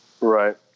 Right